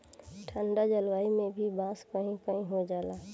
ठंडा जलवायु में भी बांस कही कही हो जाला